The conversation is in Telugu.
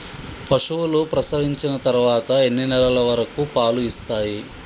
పశువులు ప్రసవించిన తర్వాత ఎన్ని నెలల వరకు పాలు ఇస్తాయి?